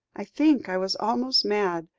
i think i was almost mad.